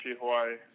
hawaii